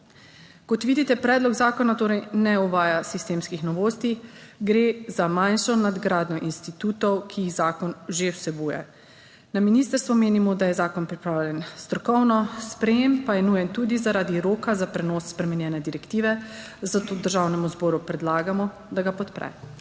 Kot vidite, predlog zakona torej ne uvaja sistemskih novosti, gre za manjšo nadgradnjo institutov, ki jih zakon že vsebuje. Na ministrstvu menimo, da je zakon pripravljen strokovno, sprejetje pa je nujen tudi zaradi roka za prenos spremenjene direktive, zato Državnemu zboru predlagamo, da ga podpre.